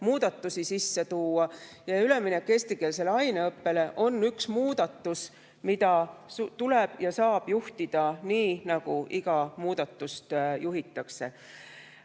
muudatusi sisse tuua. Üleminek eestikeelsele aineõppele on üks muudatus, mida tuleb ja saab juhtida nii, nagu iga muudatust juhitakse.